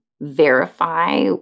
verify